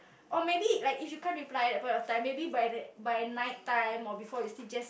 or maybe like if you can't reply at that point of time maybe by the by night time or before you sleep just